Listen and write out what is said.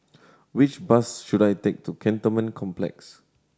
which bus should I take to Cantonment Complex